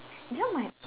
ya my